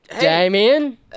Damien